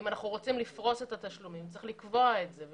אם אנחנו רוצים לפרוש את התשלומים אז צריך לקבוע את זה.